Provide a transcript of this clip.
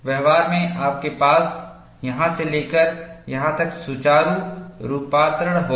व्यवहार में आपके पास यहां से लेकर यहां तक सुचारू रूपांतरण होगा